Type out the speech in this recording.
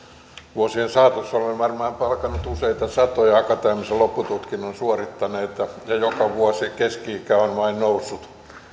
vuosien saatossa olen varmaan palkannut useita satoja akateemisen loppututkinnon suorittaneita ja joka vuosi keski ikä on vain noussut